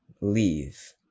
leave